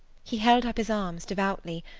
he held up his arms devoutly,